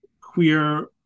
queer